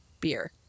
beer